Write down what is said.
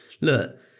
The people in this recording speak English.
Look